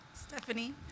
Stephanie